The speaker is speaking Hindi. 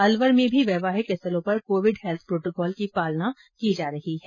अलवर में भी वैवाहिक स्थलों पर कोविड हैल्थ प्रोटोकॉल की पालना की जा रही है